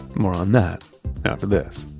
more on that after this